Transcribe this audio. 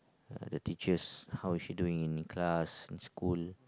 uh the teachers how is she doing in class in school